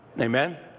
Amen